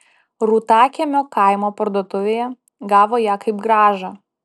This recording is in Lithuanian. rūtakiemio kaimo parduotuvėje gavo ją kaip grąžą